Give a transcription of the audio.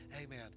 Amen